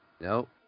Nope